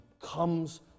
comes